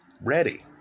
ready